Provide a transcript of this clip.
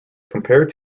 compared